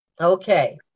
Okay